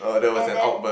and then